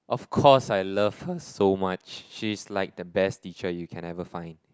of course I love her so much she is like the best teacher you can never find